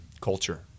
culture